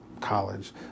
college